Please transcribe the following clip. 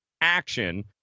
ACTION